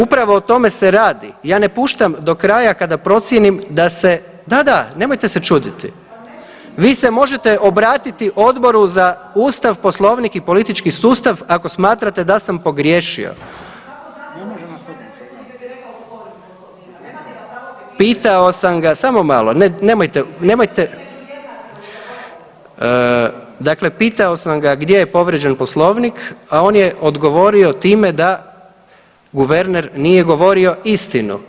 Upravo o tome se radi, ja ne puštam do kraja kada procijenim da se, da, da, nemojte se čuditi, vi se možete obratiti Odboru za Ustav, Poslovnik i politički sustav ako smatrate da sam pogriješio. … [[Upadica: Ne razumije se.]] Pitao sam ga, samo malo, nemojte, nemojte, dakle pitao sam ga gdje je povrijeđen Poslovnik, a on je odgovorio time da guverner nije govorio istinu.